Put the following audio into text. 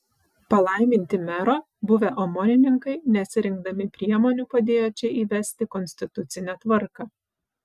palaiminti mero buvę omonininkai nesirinkdami priemonių padėjo čia įvesti konstitucinę tvarką